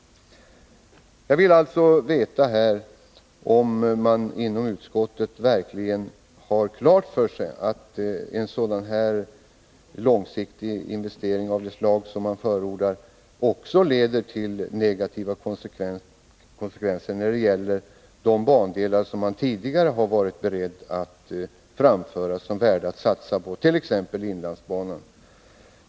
Jag vill därför veta om man inom 109 utskottet verkligen har klart för sig att en långsiktig investering av det slag som man här förordar också får negativa konsekvenser när det gäller de bandelar som man tidigare har varit beredd att framhålla som värda att satsa på, t.ex. inlandsbanan.